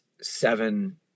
seven